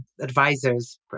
advisors